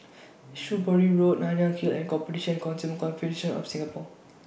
Shrewsbury Road Nanyang Hill and Competition Consumer Commission of Singapore